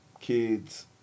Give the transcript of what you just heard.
kids